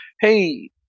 Hey